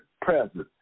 presence